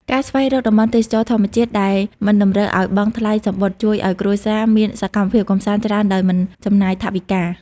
ការស្វែងរកតំបន់ទេសចរណ៍ធម្មជាតិដែលមិនតម្រូវឱ្យបង់ថ្លៃសំបុត្រ ជួយឱ្យគ្រួសារមានសកម្មភាពកម្សាន្តច្រើនដោយមិនចំណាយថវិកា។